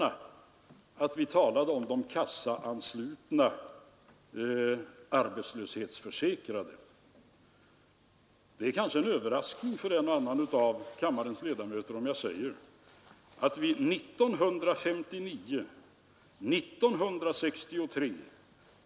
Nu vet vi att dessa fyllnadsinbetalningar representerade en summa av 2 miljarder kronor, och jag kommer därför till riksdagen för att försöka sätta stopp för det oskick som de innebar.